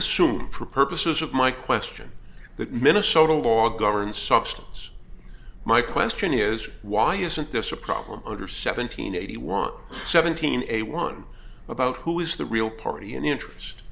assume for purposes of my question that minnesota law governs substance my question is why isn't this a problem under seven hundred eighty want seventeen a one about who is the real party in interest